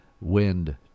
wind